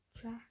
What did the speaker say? Try